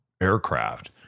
aircraft